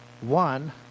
One